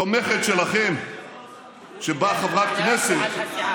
שלכם שבה חברת כנסת,